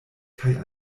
kaj